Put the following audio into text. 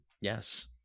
Yes